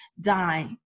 die